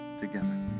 together